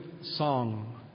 song